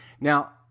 now